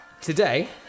today